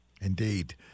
Indeed